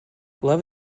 love